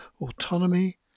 autonomy